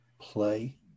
play